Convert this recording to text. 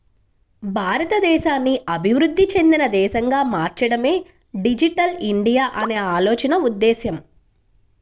భారతదేశాన్ని అభివృద్ధి చెందిన దేశంగా మార్చడమే డిజిటల్ ఇండియా అనే ఆలోచన ఉద్దేశ్యం